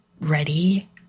ready